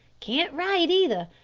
can't write, either.